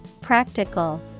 Practical